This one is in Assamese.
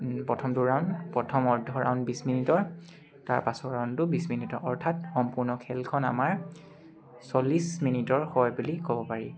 প্ৰথম দুৰাউণ্ড প্ৰথম অৰ্ধ ৰাউণ্ড বিছ মিনিটৰ তাৰ পাছৰ ৰাউণ্ডটো বিছ মিনিটৰ অৰ্থাৎ সম্পূৰ্ণ খেলখন আমাৰ চল্লিছ মিনিটৰ হয় বুলি ক'ব পাৰি